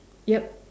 yup